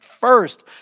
first